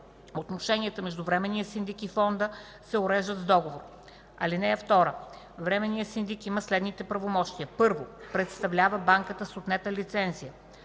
Отношенията между временния синдик и Фонда се уреждат с договор. (2) Временният синдик има следните правомощия: 1. представлява банката с отнета лицензия;